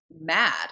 mad